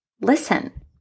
Listen